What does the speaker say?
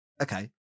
okay